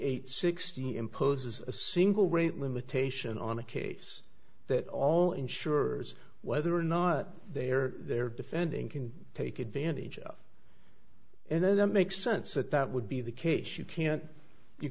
eight sixty imposes a single rate limitation on a case that all insurers whether or not they are there defending can take advantage of and it makes sense that that would be the case you can't you